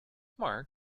marc